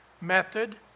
method